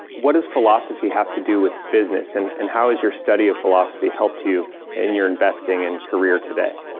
what does philosophy have to do with business? and and how has your study of philosophy helped you in your investing and career today?